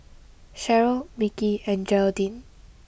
Cheryll Mickey and Geraldine